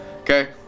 okay